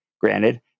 Granted